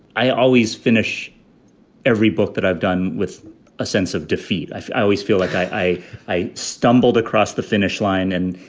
i always finish every book that i've done with a sense of defeat. i always feel like i i stumbled across the finish line. and,